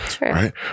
right